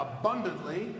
abundantly